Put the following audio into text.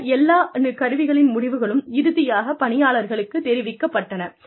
இந்த எல்லா கருவிகளின் முடிவுகளும் இறுதியாகப் பணியாளர்களுக்கு தெரிவிக்கப்பட்டன